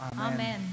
Amen